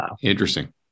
Interesting